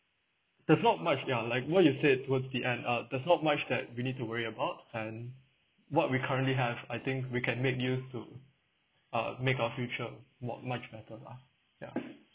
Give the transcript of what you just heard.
that's not much ya like what you said towards the end uh there's not much that we need to worry about and what we currently have I think we can make use to uh make our future what much better lah ya